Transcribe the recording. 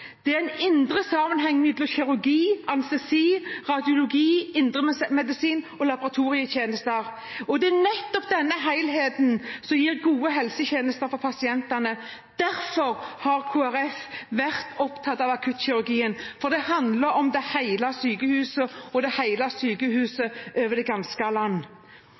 Det er en indre sammenheng mellom kirurgi, anestesi, radiologi, indremedisin og laboratorietjenester, og det er nettopp denne helheten som gir gode helsetjenester for pasientene. Derfor har Kristelig Folkeparti vært opptatt av akuttkirurgien, for det handler om hele sykehuset, hele sykehuset over det ganske land.